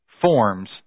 forms